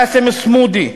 באסם סמודי,